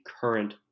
current